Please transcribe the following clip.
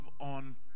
on